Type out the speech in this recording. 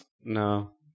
No